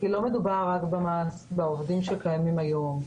כי לא מדובר רק בעובדים שקיימים היום.